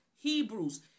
Hebrews